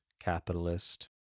capitalist